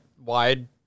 wide